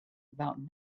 about